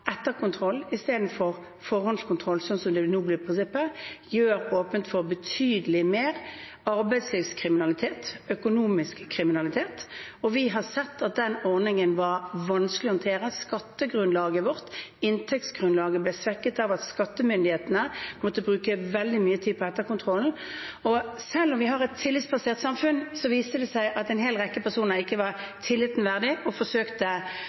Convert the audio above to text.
betydelig mer arbeidslivskriminalitet og økonomisk kriminalitet. Vi har sett at den ordningen var vanskelig å håndtere, at skattegrunnlaget vårt – inntektsgrunnlaget – ble svekket av at skattemyndighetene måtte bruke veldig mye tid på etterkontrollen. Selv om vi har et tillitsbasert samfunn, viser det seg at en hel rekke personer ikke viste seg den tilliten verdig og forsøkte